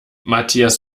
matthias